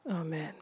Amen